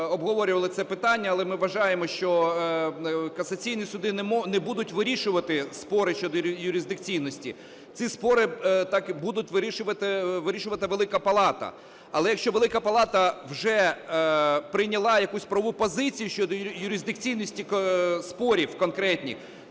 обговорювали це питання, але ми вважаємо, що касаційні суди не будуть вирішувати спори щодо юрисдикційності. Ці спори так і буде вирішувати Велика Палата. Але якщо Велика Палата вже прийняла якусь правову позицію щодо юрисдикційності спорів конкретних,